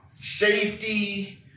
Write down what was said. safety